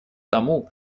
тому